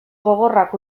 gogorrak